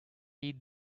eat